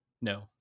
No